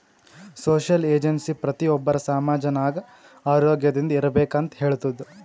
social agency ಪ್ರತಿ ಒಬ್ಬರು ಸಮಾಜ ನಾಗ್ ಆರೋಗ್ಯದಿಂದ್ ಇರ್ಬೇಕ ಅಂತ್ ಹೇಳ್ತುದ್